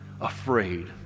afraid